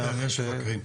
מפקח שנמצא.